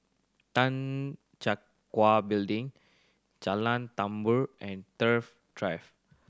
Tan Check Gua Building Jalan Tambur and Thrift Drive